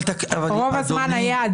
רוב הזמן היה.